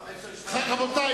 רבותי,